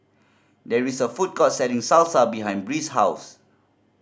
there is a food court selling Salsa behind Bree's house